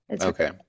Okay